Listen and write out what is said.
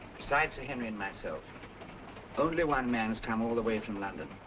besides sir henry and myself only one man's come all the way from london.